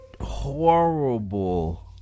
horrible